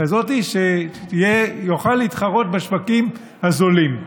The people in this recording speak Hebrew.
כזאת שיוכל להתחרות בשווקים הזולים.